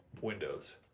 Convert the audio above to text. windows